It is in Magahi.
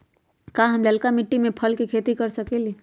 का हम लालका मिट्टी में फल के खेती कर सकेली?